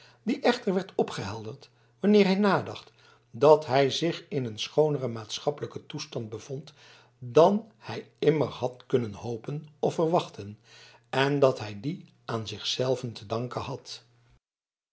die echter werd opgehelderd wanneer hij nadacht dat hij zich in een schooneren maatschappelijken toestand bevond dan hij immer had kunnen hopen of verwachten en dat hij dien aan zich zelven te danken had